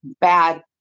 bad